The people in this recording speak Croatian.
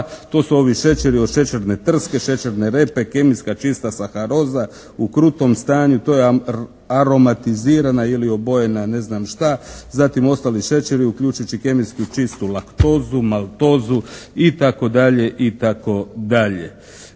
To su ovi šećeri od šećerne trske, šećerne repe, kemijska čita saharoza u krutom stanju, to je aromatizirana ili obojena ne znam šta, zatim ostali šećeri uključujući i kemijski čistu laktozu, maltozu, itd., itd.